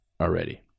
already